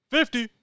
Fifty